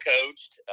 coached